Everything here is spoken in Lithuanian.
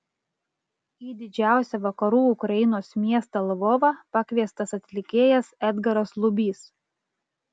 į didžiausią vakarų ukrainos miestą lvovą pakviestas atlikėjas edgaras lubys